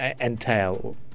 entail